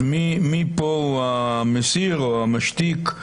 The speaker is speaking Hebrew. מי פה הוא המסיר או המשתיק?